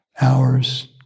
hours